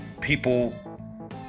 People